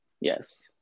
Yes